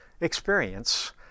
experience